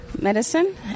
medicine